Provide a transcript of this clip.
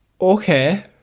okay